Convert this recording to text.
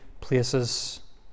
places